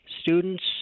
students